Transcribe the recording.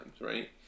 right